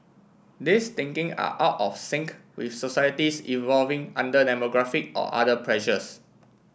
these thinking are out of sync with societies evolving under demographic or other pressures